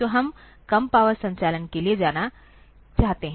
तो हम कम पावर संचालन के लिए जाना चाहते हैं